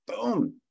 boom